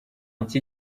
iki